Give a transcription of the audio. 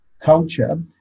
culture